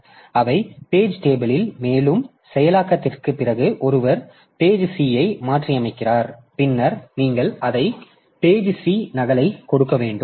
எனவே அவை page table மேலும் செயலாக்கத்திற்குப் பிறகு ஒருவர் பேஜ் C ஐ மாற்றியமைக்கிறார் பின்னர் நீங்கள் அதை பேஜ் C நகலை கொடுக்க வேண்டும்